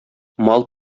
мал